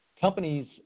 Companies